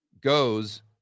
goes